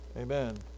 Amen